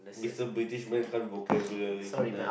Mister British man can't vocabulary